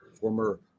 former